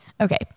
Okay